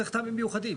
צריך טעמים מיוחדים.